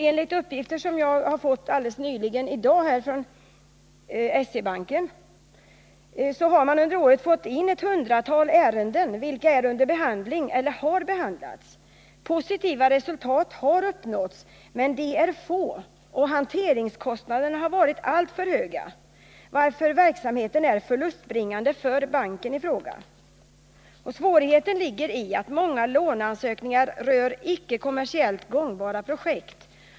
Enligt uppgifter som jag har fått i dag från SE-banken har denna under året fått in ett hundratal ärenden, som är under behandling eller har behandlats. Positiva resultat har uppnåtts, men de är få, och hanteringskostnaderna har varit alltför höga, varför verksamheten är förlustbringande för banken i fråga. Svårigheten ligger i att många låneansökningar avser icke kommersiellt gångbara projekt.